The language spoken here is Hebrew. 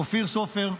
אופיר סופר,